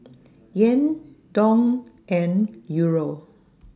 Yen Dong and Euro